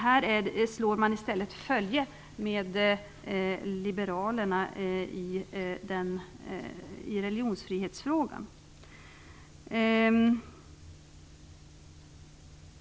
Här slår man i stället följe med liberalerna i religionsfrihetsfrågan.